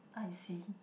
I see